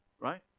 right